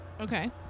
Okay